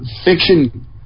fiction